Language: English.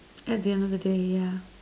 at the end of the day yeah